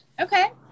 Okay